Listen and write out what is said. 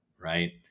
Right